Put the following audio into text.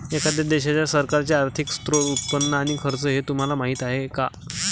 एखाद्या देशाच्या सरकारचे आर्थिक स्त्रोत, उत्पन्न आणि खर्च हे तुम्हाला माहीत आहे का